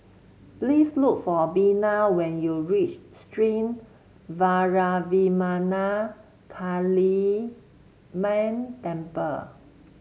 please look for Bina when you reach Sri Vairavimada Kaliamman Temple